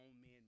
men